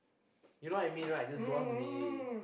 mm mm mm mm mm mm mm